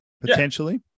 potentially